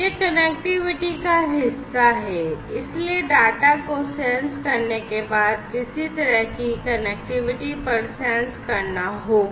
यह कनेक्टिविटी का हिस्सा है इसलिए डाटा को सेंस करने के बाद किसी तरह की कनेक्टिविटी पर सेंस करना होगा